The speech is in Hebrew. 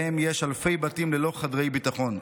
שבהם יש אלפי בתים ללא חדרי ביטחון.